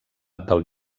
del